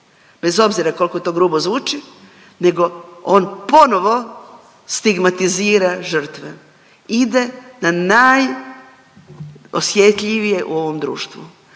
bez obzira koliko to grubo zvuči, nego on ponovo stigmatizira žrtve, ide na najosjetljivije u ovom društvu.